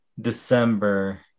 December